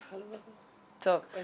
הם